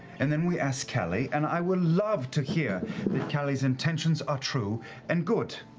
and then we ask cali, and i would love to hear that cali's intentions are true and good.